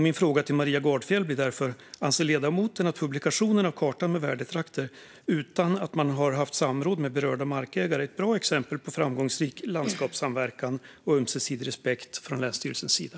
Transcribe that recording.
Min fråga till Maria Gardfjell blir därför: Anser ledamoten att publikationen av kartan med värdetrakter utan föregående samråd med berörda markägare är ett bra exempel på framgångsrik landskapssamverkan och ömsesidig respekt från länsstyrelsens sida?